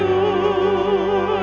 who